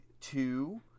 two